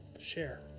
share